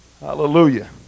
Hallelujah